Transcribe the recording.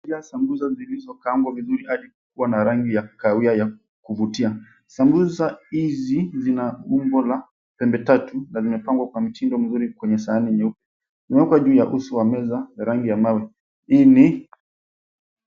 Sambusa zilizokaangwa vizuri adi kua na rangi ya kahawia kuvutia. Sambusa hizi zina umbo la pembe tatu na zimepangwa kwa mtindo mzuri kwenye sahani nyeupe. Kuna unga juu ya uso wa meza rangi ambayo hii ni